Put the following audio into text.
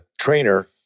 trainer